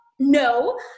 No